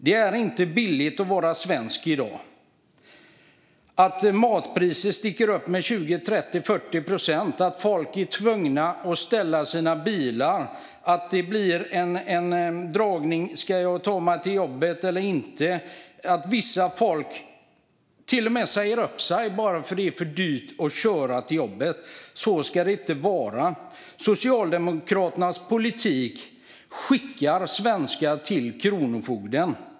Det är inte billigt att vara svensk i dag - matpriser sticker iväg med 20-40 procent, folk är tvungna att ställa av sina bilar och det blir en dragkamp för människor att ta sig till jobbet. Vissa säger till och med upp sig för att det är för dyrt att köra till jobbet. Så ska det inte vara. Socialdemokraternas politik skickar svenskar till kronofogden.